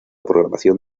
programación